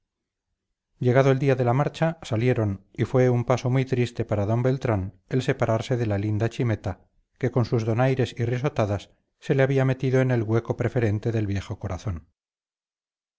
llegado el día de la marcha salieron y fue un paso triste para d beltrán el separarse de la linda chimeta que con sus donaires y risotadas se le había metido en el hueco preferente del viejo corazón